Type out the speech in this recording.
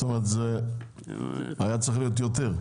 זאת אומרת, היה צריך להיות יותר.